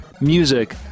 music